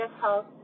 Health